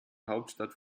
hauptstadt